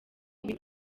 bintu